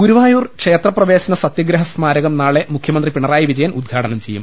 ഗുരുവായൂർ ക്ഷേത്രപ്രവേശന സതൃഗ്രഹ സ്മാരകം നാളെ മുഖ്യമന്ത്രി പിണറായി വിജയൻ ഉദ്ഘാടനം ചെയ്യും